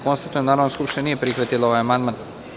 Konstatujem da Narodna skupština nije prihvatila ovaj amandman.